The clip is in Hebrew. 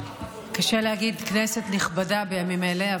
קשה להגיד כנסת נכבדה בימים אלה,